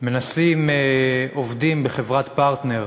מנסים עובדים חברת "פרטנר",